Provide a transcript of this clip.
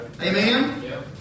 Amen